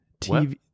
TV